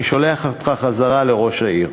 אני שולח אותך חזרה לראש העיר.